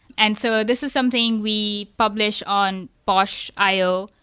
and so this is something we publish on bosh io,